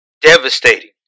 devastating